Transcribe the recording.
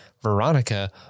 Veronica